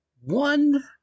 One